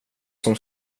som